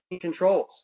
controls